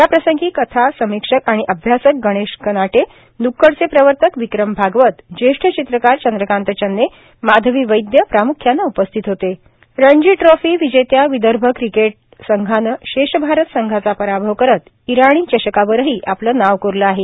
याप्रसंगी कथा समीक्षक आणि अभ्यासक गणेश कनाटे नुक्कडचे प्रवर्तक विक्रम भागवत ज्येष्ठ चित्रकार चंद्रकांत चन्ने माधवी वैद्य प्राम् रणजी ट्रॉफी विजेत्या विदर्भ क्रिकेट संघानं शेष भारत संघाचा पराभव करत इराणी चषकावरही आपलं नाव कोरलं आहे